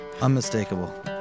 unmistakable